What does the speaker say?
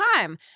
time